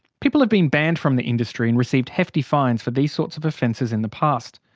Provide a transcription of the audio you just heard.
people have been banned from the industry and received hefty fines for these sorts of offences in the past.